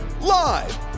Live